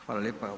Hvala lijepo.